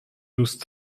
دوست